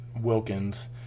Wilkins